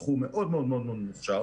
בחור מאוד מאוד מאוד מוכשר,